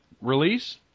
release